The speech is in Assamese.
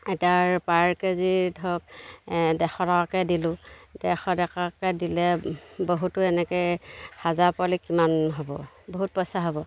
এটাৰ পাৰ কেজিত ধৰক ডেৰশ টকাকৈ দিলোঁ ডেৰশ টকাকৈ দিলে বহুতো এনেকৈ হাজাৰ পোৱালি কিমান হ'ব বহুত পইছা হ'ব